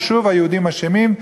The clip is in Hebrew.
ושוב היהודים אשמים.